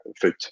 food